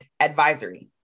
Advisory